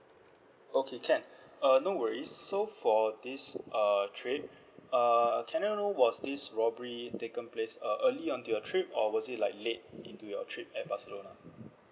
okay can uh no worries so for this uh trip uh can I know was this robbery taken place uh early onto your trip or was it like late into your trip at barcelona